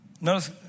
Notice